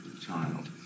child